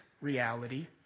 reality